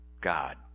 God